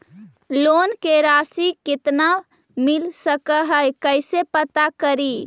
Loan के रासि कितना मिल सक है कैसे पता करी?